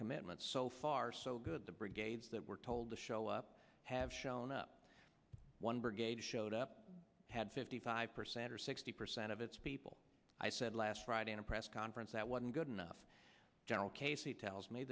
commitments so far so good the brigades that were told to show up have shown up one brigade showed up had fifty five percent or sixty percent of its people i said last friday in a press conference that wasn't good enough general casey tells me